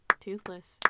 toothless